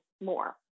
more